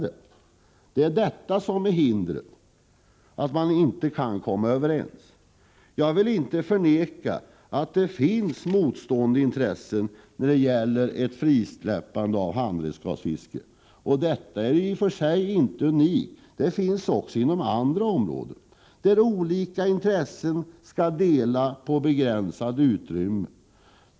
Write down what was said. Hindret är alltså att man inte kan komma överens. Jag vill inte förneka att det finns motstående intressen i frågan om ett frisläppande av handredskapsfiske. Detta är inte något unikt — det finns också inom andra områden där olika intressenter skall dela på begränsade utrymmen.